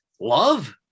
Love